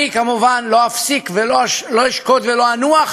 אני כמובן לא אפסיק ולא אשקוט ולא אנוח